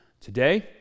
today